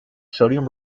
sodium